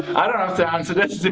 i don't have to answer this, do